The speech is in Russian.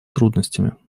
трудностями